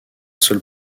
seul